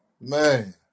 man